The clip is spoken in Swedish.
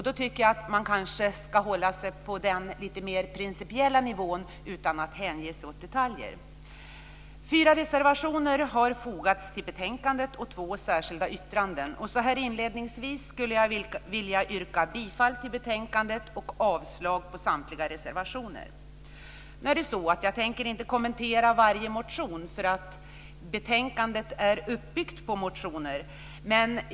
Då tycker jag att man kanske ska hålla sig på den lite mer principiella nivån utan att hänge sig åt detaljer. Fyra reservationer har fogats till betänkandet och två särskilda yttranden. Inledningsvis skulle jag vilja yrka bifall till utskottets hemställan och avslag på samtliga reservationer. Jag tänker inte kommentera varje motion, för betänkandet är uppbyggt på motioner.